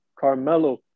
Carmelo